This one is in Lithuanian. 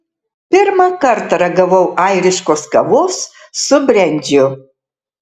pirmą kartą ragavau airiškos kavos su brendžiu